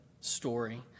story